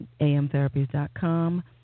amtherapies.com